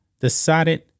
decided